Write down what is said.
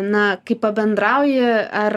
na kai pabendrauji ar